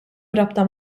rabta